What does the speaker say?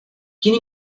quién